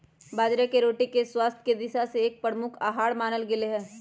बाजरे के रोटी के स्वास्थ्य के दिशा से एक प्रमुख आहार मानल गयले है